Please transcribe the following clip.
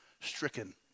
stricken